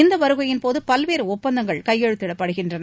இந்த வருகையின்போது பல்வேறு ஒப்பந்தங்கள் கையெழுத்திடப்படுகின்றன